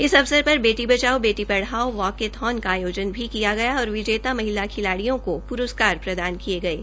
इस अवसर पर बेटी बचाओ बेटी पढ़ाओ वॉक एन थोन का आयोजन भी किया गया और विजेता महिला खिलाड़ियों को प्रस्कार प्रदान किये गये